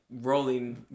rolling